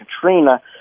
Katrina